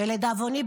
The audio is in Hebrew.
ולדאבוני,